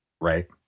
Right